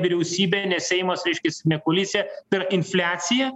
vyriausybė ne seimas reiškiasi ne koalicija tai yra infliacija